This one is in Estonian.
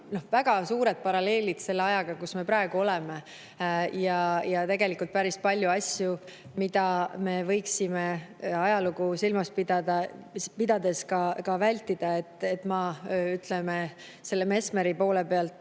Väga suured paralleelid selle ajaga, kus me praegu oleme ja tegelikult päris palju asju, mida me võiksime ajalugu silmas pidades ka vältida. Selle Mesmeri poole pealt